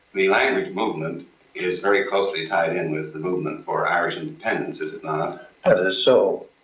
the language movement is very closely tied in with the movement for irish independence, is it not? that is so,